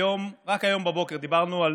אנחנו ראינו היום, רק היום בבוקר דיברנו על